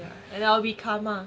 ya and I will be karma